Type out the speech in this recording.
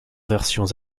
versions